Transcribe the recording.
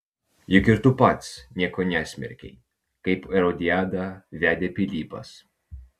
juk ir tu pats nieko nesmerkei kai erodiadą vedė pilypas